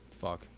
fuck